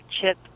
chip